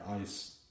ice